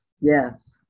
Yes